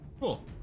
cool